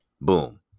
boom